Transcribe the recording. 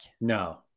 No